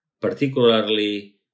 particularly